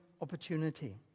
opportunity